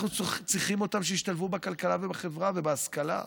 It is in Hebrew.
אנחנו צריכים אותם שישתלבו בכלכלה ובחברה ובהשכלה,